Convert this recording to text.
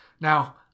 Now